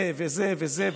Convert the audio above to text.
זה וזה וזה.